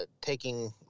taking